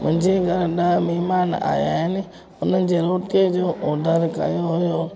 मुंहिंजे घरि न महिमान आहियां आहिनि उन्हनि जे रोटीअ जो ऑडर कयो हुओ